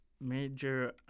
major